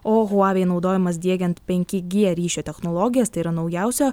o huawei naudojamas diegiant penki gie ryšio technologijas tai yra naujausio